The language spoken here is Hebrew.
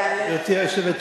יעלה היושב-ראש.